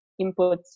inputs